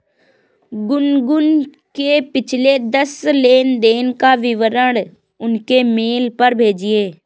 गुनगुन के पिछले दस लेनदेन का विवरण उसके मेल पर भेजिये